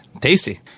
tasty